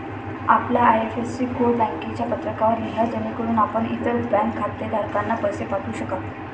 आपला IFSC code बँकेच्या पत्रकावर लिहा जेणेकरून आपण इतर बँक खातेधारकांना पैसे पाठवू शकाल